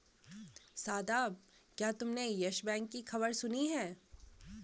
शादाब, क्या तुमने Yes Bank की खबर सुनी है?